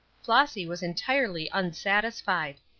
flossy was entirely unsatisfied.